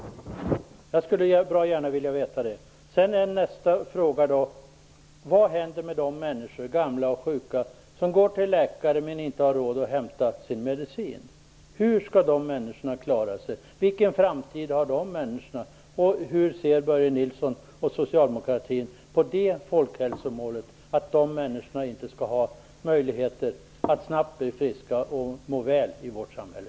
Det skulle jag bra gärna vilja veta. Den andra frågan är: Vad händer med de gamla och sjuka människor som går till läkare men inte har råd att hämta sin medicin? Hur skall de människorna klara sig? Vilken framtid har de? Hur ser Börje Nilsson och Socialdemokraterna på folkhälsomålet att dessa människor inte skall ha möjlighet att snabbt bli friska och må väl i vårt samhälle?